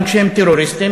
גם כשהם טרוריסטים,